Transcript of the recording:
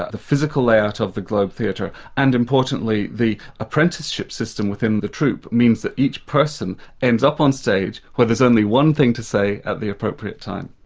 ah the physical layout of the globe theatre, and importantly the apprenticeship system within the troupe means that each person ends up on stage where there's only one thing to say at the appropriate time.